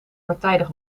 partijdig